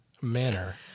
manner